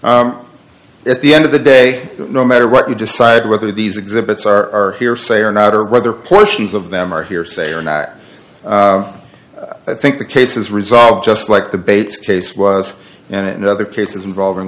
very at the end of the day no matter what you decide whether these exhibits are hearsay or not or whether portions of them are hearsay or not i think the case is resolved just like the bates case was in other cases involving